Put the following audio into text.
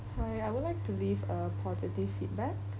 hi I would like to leave a positive feedback